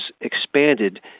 expanded